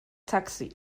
taxi